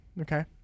okay